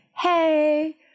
hey